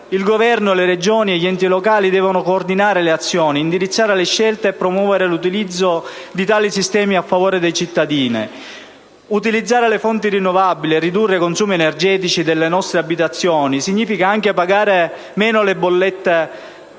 Il Governo, le Regioni e gli enti locali devono coordinare le azioni, indirizzare le scelte e promuovere l'utilizzo di tali sistemi a favore dei cittadini. Utilizzare le fonti rinnovabili e ridurre i consumi energetici delle nostre abitazioni significa anche diminuire il costo delle bollette